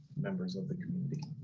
members of the community.